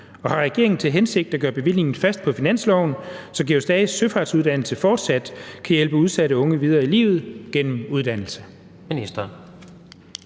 og har regeringen til hensigt at gøre bevillingen fast på finansloven, så »Georg Stage«s søfartsuddannelse fortsat kan hjælpe udsatte unge videre i livet gennem uddannelse?